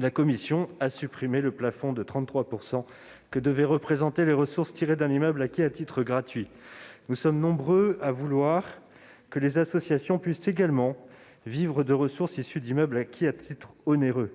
la commission a supprimé le plafond de 33 % que devaient représenter les ressources tirées d'un immeuble acquis à titre gratuit. Nous sommes nombreux à vouloir que les associations puissent également vivre de ressources issues d'immeubles acquis à titre onéreux.